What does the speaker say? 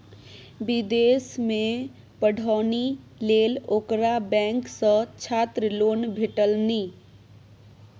विदेशमे पढ़ौनी लेल ओकरा बैंक सँ छात्र लोन भेटलनि